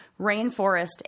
rainforest